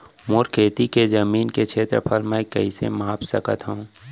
मोर खेती के जमीन के क्षेत्रफल मैं कइसे माप सकत हो?